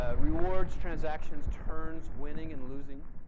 ah rewards, transactions, turns, winning and losing.